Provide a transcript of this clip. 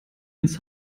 ins